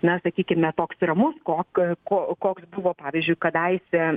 na sakykime toks ramus kok ko koks buvo pavyzdžiui kadaise